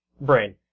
brain